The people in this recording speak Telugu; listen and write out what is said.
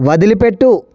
వదిలిపెట్టు